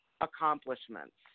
accomplishments